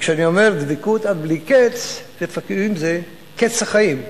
כשאני אומר דבקות עד בלי קץ, לפעמים זה קץ החיים.